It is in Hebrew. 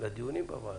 לדיונים בוועדה,